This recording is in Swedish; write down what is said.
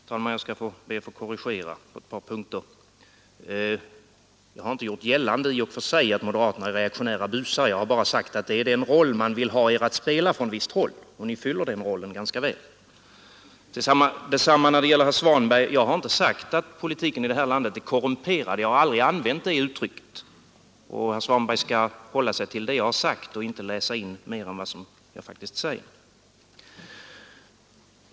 Herr talman! Jag skall be att få korrigera på ett par punkter. Jag har inte gjort gällande i och för sig att moderaterna är reaktionära busar, jag har bara sagt att det är den roll man vill ha er att spela från visst håll — och ni fyller den rollen ganska väl. Detsamma när det gäller herr Svanberg, Jag har inte sagt att politiken i landet är korrumperad, jag har aldrig använt det uttrycket. Och herr Svanberg skall hålla sig till det jag har sagt och inte läsa in mera än vad som jag faktiskt säger.